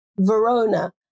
Verona